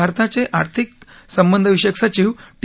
भारताचे आर्थिक संबंधविषयक सचिव टी